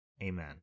Amen